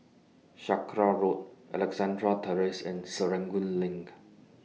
Sakra Road Alexandra Terrace and Serangoon LINK